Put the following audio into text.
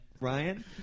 Ryan